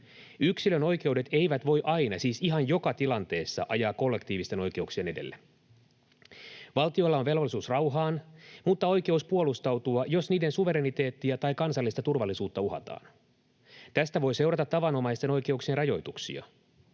Yksilön oikeudet eivät voi aina, siis ihan joka tilanteessa, ajaa kollektiivisten oikeuksien edelle. Valtioilla on velvollisuus rauhaan mutta oikeus puolustautua, jos niiden suvereniteettia tai kansallista turvallisuutta uhataan. Tästä voi seurata tavanomaisten oikeuksien rajoituksia.